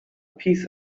piece